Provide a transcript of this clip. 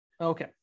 okay